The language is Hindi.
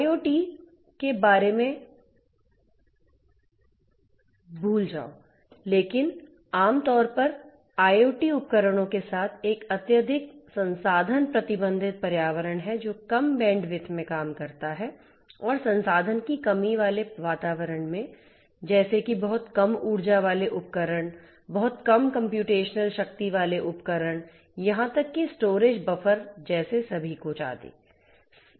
IIoT के बारे में भूल जाओ लेकिन आम तौर पर IoT उपकरणों के साथ एक अत्यधिक संसाधन प्रतिबंधित पर्यावरण है जो कम बैंडविड्थ में काम करता है और संसाधन की कमी वाले वातावरण में जैसे कि बहुत कम ऊर्जा वाले उपकरण बहुत कम कम्प्यूटेशनल शक्ति वाले उपकरण यहां तक कि स्टोरेज बफर जैसे सभी कुछ आदि